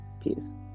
Peace